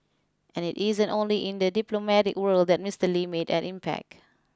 and it isn't only in the diplomatic world that Mister Lee made an impact